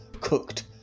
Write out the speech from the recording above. cooked